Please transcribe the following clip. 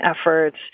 efforts